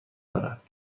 دارد